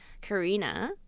Karina